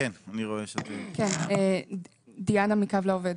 קו לעובד.